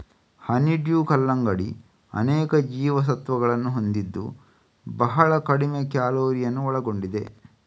honeydew ಕಲ್ಲಂಗಡಿ ಅನೇಕ ಜೀವಸತ್ವಗಳನ್ನು ಹೊಂದಿದ್ದು ಬಹಳ ಕಡಿಮೆ ಕ್ಯಾಲೋರಿಯನ್ನು ಒಳಗೊಂಡಿದೆ